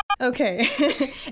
Okay